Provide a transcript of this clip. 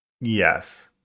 Yes